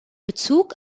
bezug